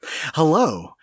Hello